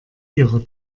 ihrer